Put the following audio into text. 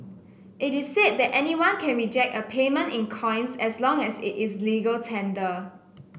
it is said that anyone can reject a payment in coins as long as it is legal tender